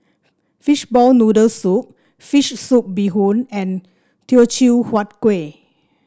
Fishball Noodle Soup fish soup Bee Hoon and Teochew Huat Kuih